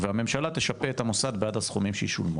והממשלה תשפה את המוסד בעד הסכומים שישולמו,